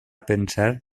pensar